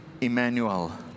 Emmanuel